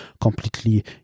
completely